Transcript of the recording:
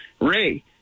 Ray